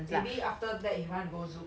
maybe after that he want to go zouk